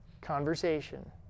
conversation